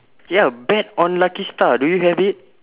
ya bet on lucky star do you have it